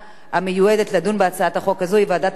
לדון בהצעת החוק הזאת היא ועדת העבודה והרווחה.